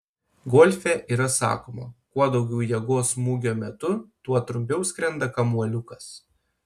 golfe yra sakoma kuo daugiau jėgos smūgio metu tuo trumpiau skrenda kamuoliukas